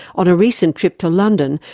on a recent trip to london,